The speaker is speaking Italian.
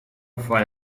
fai